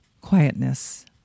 quietness